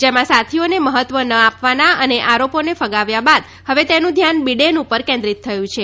જેમાં સાક્ષીઓને મહત્વ ન આપવાના અને આરોપોને ફગાવ્યા બાદ હવે તેનું ધ્યાન બિડેન ઉપર કેન્દ્રીત થયું છે